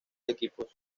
equipos